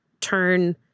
turn